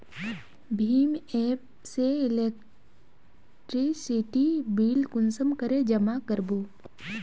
भीम app से electricity bill कुंसम करे जमा कर बो?